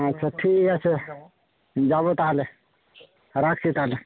আচ্ছা ঠিক আছে যাব তাহলে রাখছি তাহলে